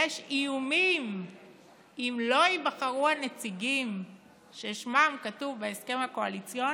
יש איומים שאם לא ייבחרו הנציגים ששמותיהם כתובים בהסכם הקואליציוני,